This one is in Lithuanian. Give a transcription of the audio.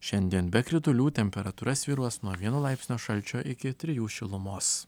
šiandien be kritulių temperatūra svyruos nuo vieno laipsnio šalčio iki trijų šilumos